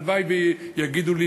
הלוואי שיגידו לי